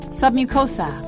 submucosa